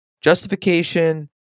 Justification